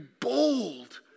bold